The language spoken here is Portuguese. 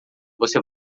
você